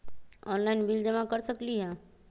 Online bill जमा कर सकती ह?